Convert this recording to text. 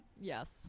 yes